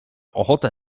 ochotę